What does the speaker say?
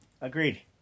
Agreed